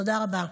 תודה רבה.